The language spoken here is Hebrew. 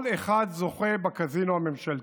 כל אחד זוכה בקזינו הממשלתי.